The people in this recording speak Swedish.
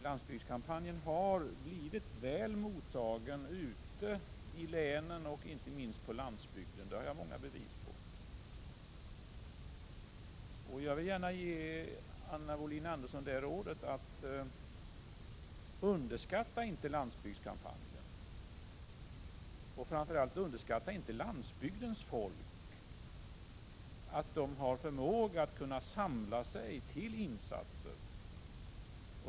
Landsbygdskampanjen har blivit väl mottagen ute i länen och inte minst på landsbygden — det har jag många bevis för. Jag vill gärna ge Anna Wohlin-Andersson rådet att inte underskatta landsbygdskampanjen och framför allt att inte underskatta förmågan hos landsbygdens folk att samlas till insatser!